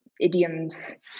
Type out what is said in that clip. idioms